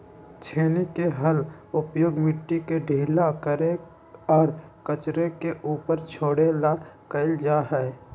छेनी के हल के उपयोग मिट्टी के ढीला करे और कचरे के ऊपर छोड़े ला कइल जा हई